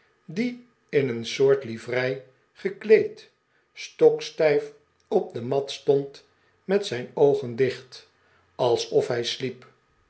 die in een soort livrei gekleed stokstijf op de mat stond met zijn oogen dicht alsof hij sliep